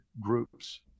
groups